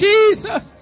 Jesus